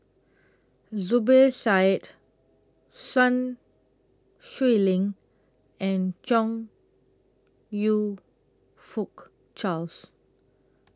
Zubir Said Sun Xueling and Chong YOU Fook Charles